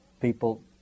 People